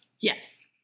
yes